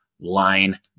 line